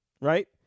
right